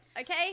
okay